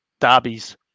derbies